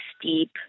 steep